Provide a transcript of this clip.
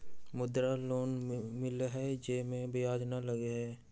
मुद्रा लोन मिलहई जे में ब्याज न लगहई?